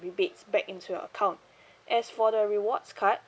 rebate back into your account as for the rewards card